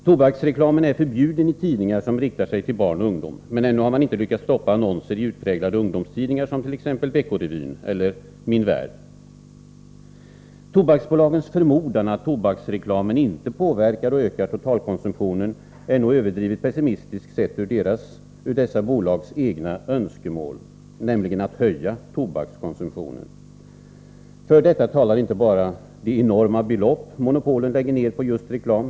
Tobaksreklamen är förbjuden i tidningar som riktar sig till barn och ungdom. Men ännu har man inte lyckats stoppa annonser i utpräglade ungdomstidningar som t.ex. Vecko-Revyn eller Min Värld. Tobaksbolagens förmodan att tobaksreklamen inte påverkar och ökar totalkonsumtionen är nog överdrivet pessimistisk sett ur dessa bolags egna önskemål, nämligen att höja tobakskonsumtionen. För detta talar inte bara de enorma belopp monopolen lägger ner på just reklam.